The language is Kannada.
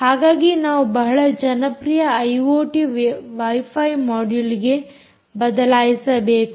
ಹಾಗಾಗಿ ನಾವು ಬಹಳ ಜನಪ್ರಿಯ ಐಓಟಿ ವೈಫೈ ಮೊಡ್ಯುಲ್ಗೆ ಬದಲಾಯಿಸಬೇಕು